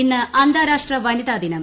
ഇന്ന് അന്താരാഷ്ട്ര വനിതാ ദിനം